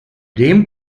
dem